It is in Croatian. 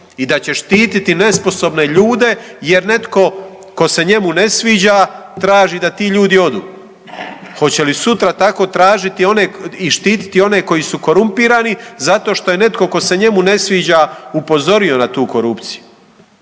i da će štititi nesposobne ljude jer netko tko se njemu ne sviđa traži da ti ljudi odu, hoće li sutra tako tražiti one i štiti one koji su korumpirani zato što je netko tko se njemu ne sviđa upozorio na tu korupciju.